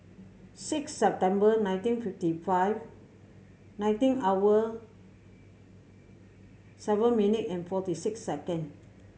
six September nineteen fifty five nineteen hour seven minute and forty six second